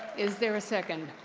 is there a second?